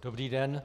Dobrý den.